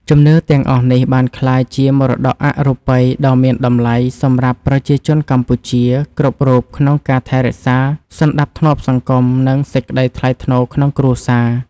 ជំនឿទាំងអស់នេះបានក្លាយជាមរតកអរូបីដ៏មានតម្លៃសម្រាប់ប្រជាជនកម្ពុជាគ្រប់រូបក្នុងការថែរក្សាសណ្តាប់ធ្នាប់សង្គម និង សេចក្តីថ្លៃថ្នូរក្នុងគ្រួសារ។